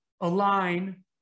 align